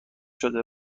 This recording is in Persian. شده